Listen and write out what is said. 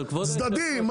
צדדים,